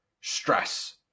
stress